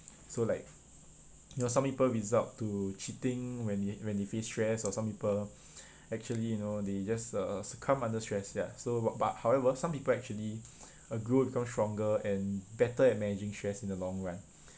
so like you know some people resort to cheating when they when they faced stress or some people actually you know they just uh succumb under stress ya so but but however some people actually uh grow to become stronger and better at managing stress in the long run